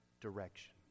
direction